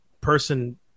person